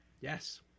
yes